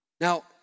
Now